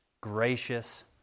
gracious